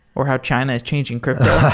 or how china is changing crypto?